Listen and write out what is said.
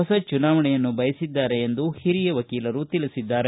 ಹೊಸ ಚುನಾವಣೆಯನ್ನು ಬಯಸಿದ್ದಾರೆ ಎಂದು ಹಿರಿಯ ವಕೀಲರು ತಿಳಿಸಿದ್ದಾರೆ